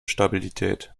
stabilität